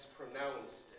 pronounced